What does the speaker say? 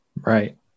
Right